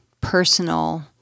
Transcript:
personal